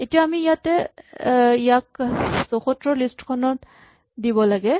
এতিয়া আমি ইয়াত চাই ইয়াক ৭৪ ৰ লিষ্ট খনত দিব লাগে